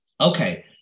okay